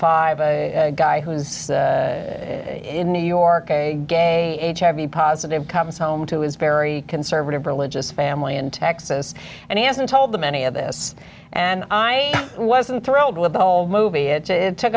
five a guy who's in new york a gay hiv positive comes home to his very conservative religious family in texas and he hasn't told them any of this and i wasn't thrilled with the whole movie it took